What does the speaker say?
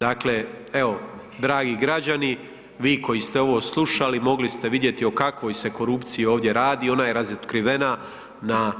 Dakle, evo, dragi građani, vi koji ste ovo slušali, mogli ste vidjeti o kakvoj se korupciji ovdje radi, ona je razotkrivena na